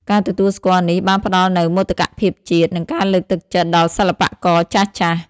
ការទទួលស្គាល់នេះបានផ្តល់នូវ មោទកភាពជាតិ និងការលើកទឹកចិត្តដល់សិល្បករចាស់ៗ។